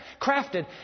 crafted